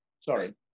Sorry